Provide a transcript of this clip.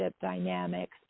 dynamics